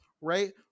right